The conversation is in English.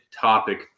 topic